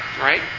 right